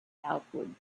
outward